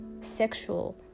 sexual